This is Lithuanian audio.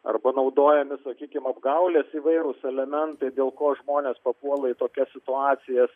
arba naudojami sakykim apgaulės įvairūs elementai dėl ko žmonės papuola į tokias situacijas